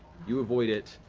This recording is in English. you avoid it.